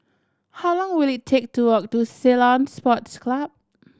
how long will it take to walk to Ceylon Sports Club